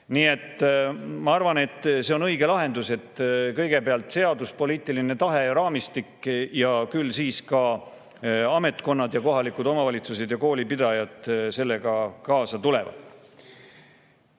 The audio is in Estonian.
Nii et ma arvan, et see on õige lahendus, et kõigepealt on seadus, poliitiline tahe ja raamistik, küll siis ka ametkonnad, kohalikud omavalitsused ja koolipidajad sellega kaasa tulevad.